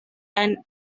and